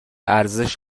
ارزش